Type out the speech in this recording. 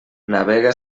navega